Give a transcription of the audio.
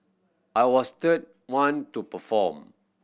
I was third one to perform